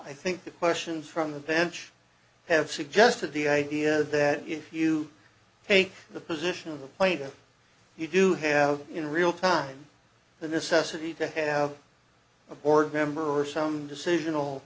i think that questions from the bench have suggested the idea that if you take the position of the point that you do have in real time the necessity to have a board member or some decision